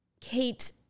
Kate